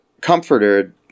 comforted